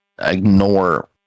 ignore